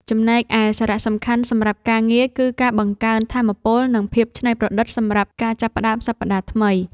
ចំណែកឯសារៈសំខាន់សម្រាប់ការងារ គឺការបង្កើនថាមពល និងភាពច្នៃប្រឌិតសម្រាប់ការចាប់ផ្ដើមសប្តាហ៍ថ្មី។